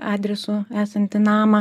adresu esantį namą